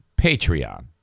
Patreon